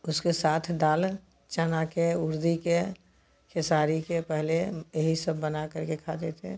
उसके साथ दाल चने की उड़द की खेसारी की पहले यही सब बना करके खाते थे